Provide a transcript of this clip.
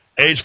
Age